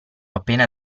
appena